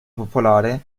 popolare